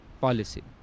Policy